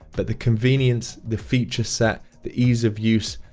but the convenience, the feature set, the ease of use,